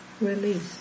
release